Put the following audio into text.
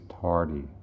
tardy